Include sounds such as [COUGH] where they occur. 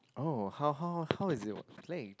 oh how how how is it [NOISE] work played